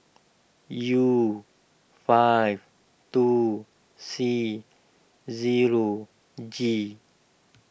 U five two C zero G